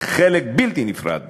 חלק בלתי נפרד